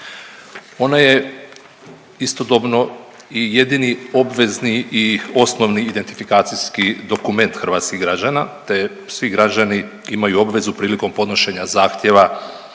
Ona je istodobno i jedini obvezni i osnovni identifikacijski dokument hrvatskih građana te svi građani imaju obvezu prilikom podnošenja zahtjeva